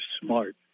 smart